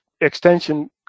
extension